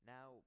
Now